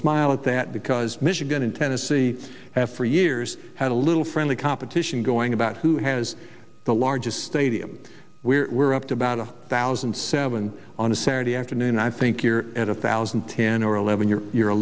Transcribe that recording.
smile at that because michigan in tennessee have for years had a little friendly competition going about who has the largest stadium where we're up to about a thousand seven on a saturday afternoon i think you're at a thousand ten or eleven you're you're a